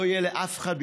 לא יהיה לאף אחד,